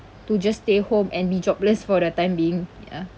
to just stay home and be jobless for the time being ya